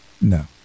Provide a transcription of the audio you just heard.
No